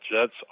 Jets